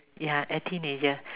ya a teenager